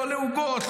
לא לעוגות,